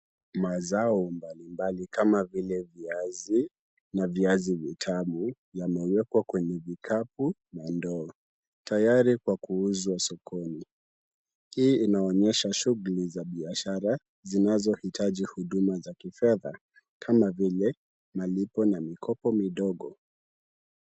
Mazao mbalimbali kama vile viazi na viazi vitamu yamewekwa kwenye vikapu na ndoo tayari kwa kuuzwa sokoni. Hii inaonyesha shughuli za biashara zinazohitaji huduma za kifedha kama vile malipo na mikopo midogo.